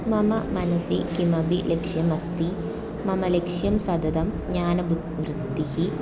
मम मनसि किमपि लक्ष्यमस्ति मम लक्ष्यं सततं ज्ञानबुद्धि वृद्धिः